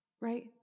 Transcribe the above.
right